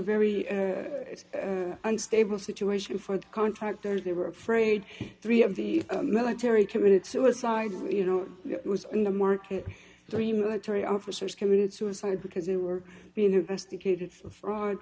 very unstable situation for the contractor they were afraid three of the military committed suicide and you know it was in the market three military officers committed suicide because they were being investigated for fraud